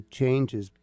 changes